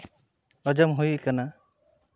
ᱟᱸᱡᱚᱢ ᱦᱩᱭ ᱠᱟᱱᱟ